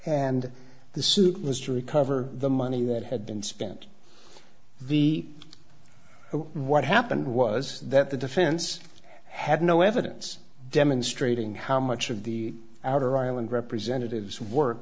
and the suit was to recover the money that had been spent the what happened was that the defense had no evidence demonstrating how much of the outer island representatives work